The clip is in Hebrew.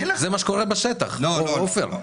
זה מה שקורה בשטח, עופר.